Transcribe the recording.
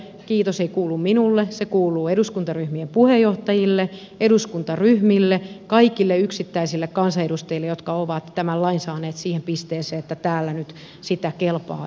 kiitos ei kuulu minulle se kuuluu eduskuntaryhmien puheenjohtajille eduskuntaryhmille kaikille yksittäisille kansanedustajille jotka ovat tämän lain saaneet siihen pisteeseen että täällä nyt sitä kelpaa esitellä